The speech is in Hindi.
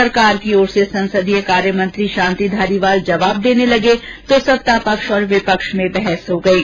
सरकार की ओर से संसदीय कार्यमंत्री शांति धारीवाल जवाब देने लगे तो सत्ता पक्ष और विपक्ष में बहस हो गयी